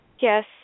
Yes